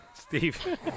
Steve